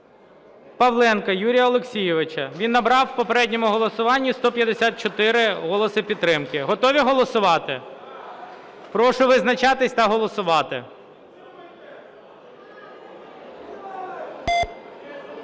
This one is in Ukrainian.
Павленка Юрія Олексійовича. Він набрав в попередньому голосуванні 154 голоси підтримки. Готові голосувати? Прошу визначатись та голосувати.